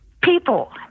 people